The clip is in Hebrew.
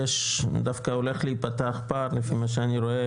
דווקא הולך להיפתח פער לפי מה שאני רואה